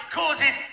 causes